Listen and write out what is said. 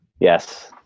Yes